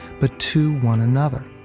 but to one another.